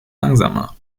langsamer